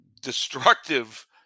destructive